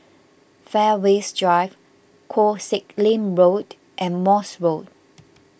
Fairways Drive Koh Sek Lim Road and Morse Road